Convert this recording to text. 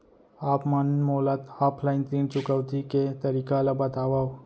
आप मन मोला ऑफलाइन ऋण चुकौती के तरीका ल बतावव?